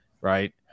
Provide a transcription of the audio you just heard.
right